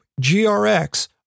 GRX